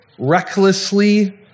recklessly